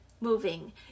moving